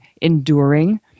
enduring